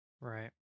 Right